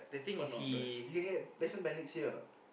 fun not drive you can get license by next year not